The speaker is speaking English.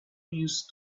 used